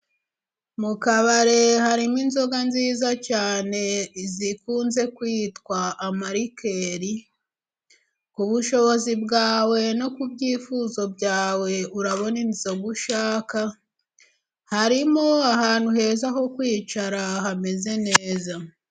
Mu kabari harimo inzoga nziza cyane zikunze kwitwa amarikeri, ku bushobozi bwawe no ku byifuzo byawe urabona inzoga ushaka harimo ahantu heza ho kwicara hameze neza.